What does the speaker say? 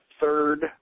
third